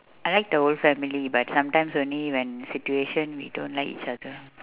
I like the whole family but sometimes only when situation we don't like each other